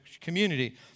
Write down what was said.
community